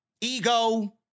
Ego